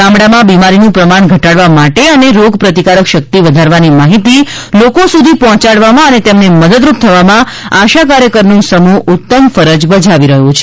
ગામડામાં બીમારીનું પ્રમાણ ઘટાડવા માટે અને રોગ પ્રતિકારક શક્તિ વધારવાની માહિતી લોકો સુધી પહોંચાડવામાં અને તેમને મદદરૂપ થવામાં આશા કાર્યકરનો સમૂહ ઉત્તમ ફરજ બજાવી રહ્યો છે